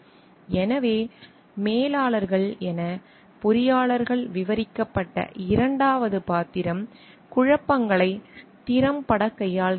எனவே மேலாளர்கள் என பொறியாளர்கள் விவரிக்கப்பட்ட இரண்டாவது பாத்திரம் குழப்பங்களை திறம்பட கையாள்கிறது